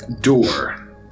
door